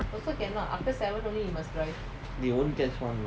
they won't catch one lah